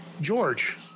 george